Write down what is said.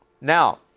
Now